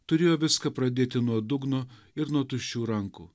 turėjo viską pradėti nuo dugno ir nuo tuščių rankų